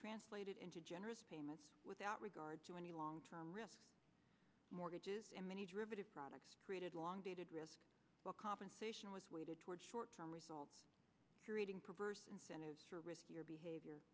translated into generous payments without regard to any long term risk mortgages and many driven products created long dated risk well compensation was weighted toward short term result creating perverse incentives to risk your behavior